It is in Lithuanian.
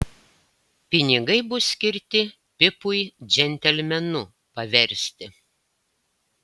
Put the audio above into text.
pinigai bus skirti pipui džentelmenu paversti